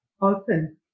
open